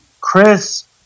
chris